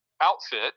outfit